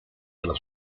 della